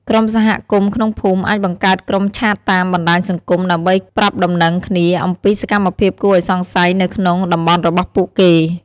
ក្រុមសហគមន៍ក្នុងភូមិ អាចបង្កើតគ្រុបឆាតតាម បណ្ដាញសង្គម ដើម្បី ប្រាប់ដំណឹងគ្នា អំពី សកម្មភាពគួរឱ្យសង្ស័យ នៅក្នុង តំបន់របស់ពួកគេ។